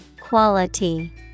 Quality